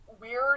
weird